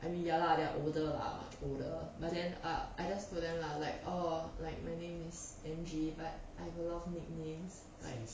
I mean ya lah they're older lah older but then ah I just told them lah like orh like my name is angie but I got a lot of nicknames like